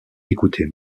écouter